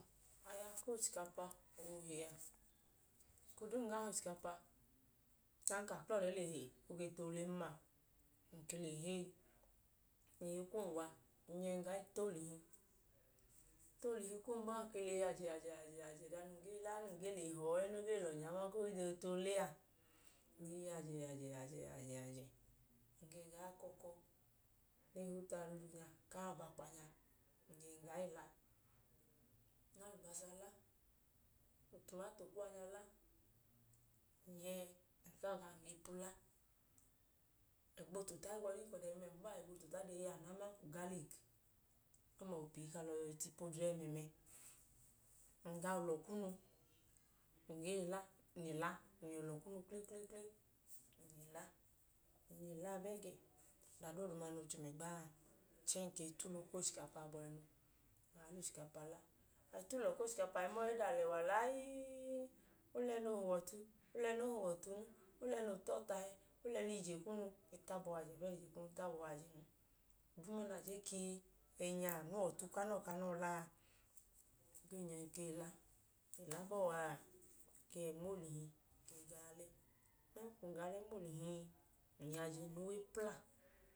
Aya ku ochikapa oohe a, eko duu num gaa he ochikapa. Ọdanka a kla ọlẹ le he, o ge too len ma, ng ke le heyi. Ng lẹ iye kum gwa. Ng nyẹ, ng gaa le ta oolihi. Ng ta oolihi kum bọọ, ng ke lẹ eyi ya ajẹ, ya ajẹ ga num gee he ọọ noo gee lẹ ọnyẹ, aman ka o gee too le a. Ng lẹ eyi ya ajẹ, yẹ ajẹ, yẹ ajẹ. Ng ga ẹga akọkọ ne i hi ka ọtarugwu nya, ku aabakpa nya. Ng ke gaa i la. Ng lẹ alubasa la, ng lẹ utumato kuwa nya la. Ng nyẹ, ng kaa wa, ng lẹ epu la, ẹgbla-otuta, ohigbọdi ka ọda ẹmẹmẹ noo bọọ a, ọdanka ẹgbla otuta i yọ anun, aman ka ugaliki. Ọma opii ku alọ yọọ tu ipu odre ẹmẹmẹ. Ng ga ulọ kunu, ng kum gee la, ng le la. Ng kpli, kpli, kpli, ng le la. Ng le la a ẹẹ gẹ, ọda doodu noo chum ẹgba a. Chẹẹ ng ke i ta ulọ ku ochikapa abọhinu gaa lẹ ochikapa la. A i ta ulọ ku ochikapa a i ma ẹdọ alẹwa layii. O lẹ ẹẹ noo huwọ ọtu, o lẹ ẹẹ noo huwọ ọtun. O lẹ ẹẹ noo ta ọtahẹ. O lẹ ẹẹ nẹ ije kunu tabọ wajẹ fiyẹn. Oduuma na je ka anu wẹ ọtu ku anọọ ku anọọ la a n ke nyẹ ke i la. Ng le la bọọ a, ng ke le yẹ nma oolihi, ng ke ga ọlẹ. Ọdanka ng gaa ọlẹ nma oolihi, ng lẹ uwe pla.